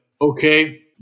okay